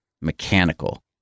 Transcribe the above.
mechanical